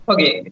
Okay